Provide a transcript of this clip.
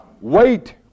wait